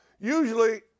Usually